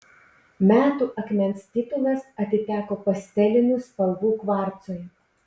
metų akmens titulas atiteko pastelinių spalvų kvarcui